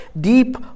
deep